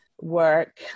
work